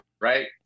right